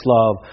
love